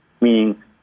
meaning